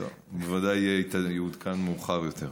בוודאי יעודכן מאוחר יותר.